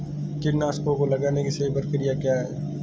कीटनाशकों को लगाने की सही प्रक्रिया क्या है?